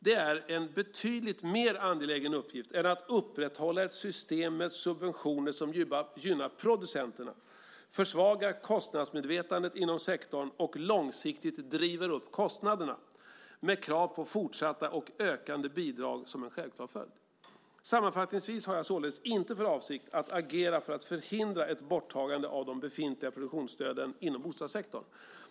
Det är en betydligt mer angelägen uppgift än att upprätthålla ett system med subventioner som gynnar producenterna, försvagar kostnadsmedvetandet inom sektorn och långsiktigt driver upp kostnaderna, med krav på fortsatta och ökande bidrag som en självklar följd. Sammanfattningsvis har jag således inte för avsikt att agera för att förhindra ett borttagande av de befintliga produktionsstöden inom bostadssektorn.